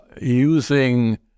using